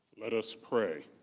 let us pray.